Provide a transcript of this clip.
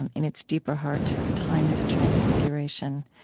and in its deeper heart, time is transfiguration.